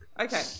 Okay